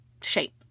shape